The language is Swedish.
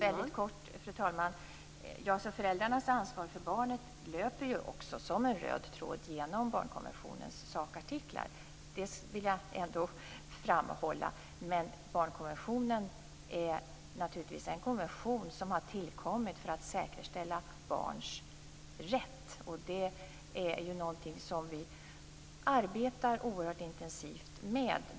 Fru talman! Föräldrarnas ansvar för barnet löper som en röd tråd genom barnkonventionens sakartiklar. Det vill jag ändå framhålla, men barnkonventionen är en konvention som har tillkommit för att säkerställa barns rätt. Det är någonting som vi arbetar oerhört intensivt med.